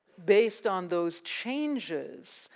based on those changes,